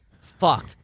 fuck